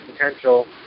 potential